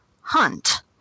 hunt